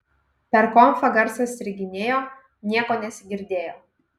per konfą garsas striginėjo nieko nesigirdėjo